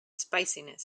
spiciness